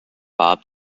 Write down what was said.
bob